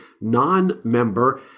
non-member